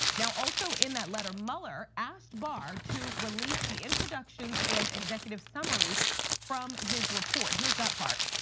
now also in that letter, mueller asked barr to release the introductions and executive summaries from his report, here's that part.